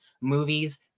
movies